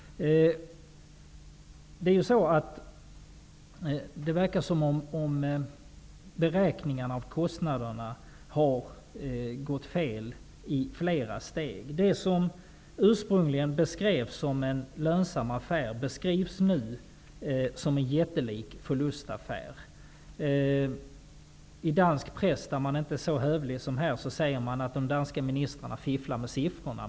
Det verkar som om beräkningarna av kostnaderna har gått fel i flera steg. Det som ursprungligen beskrevs som en lönsam affär beskrivs nu som en jättelik förlustaffär. I dansk press, där man inte är så hövlig som här, säger man att de danska ministrarna fifflar med siffrorna.